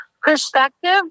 perspective